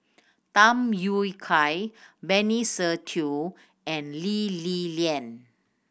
Tham Yui Kai Benny Se Teo and Lee Li Lian